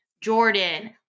Jordan